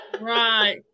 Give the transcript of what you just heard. Right